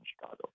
Chicago